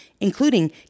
including